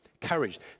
courage